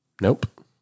Nope